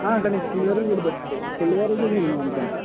అక్కడ నీకు సిల్వర్వి కూడా దొరుకుతాయి సిల్వర్వి కూడా ఉన్నాయి అనుకుంట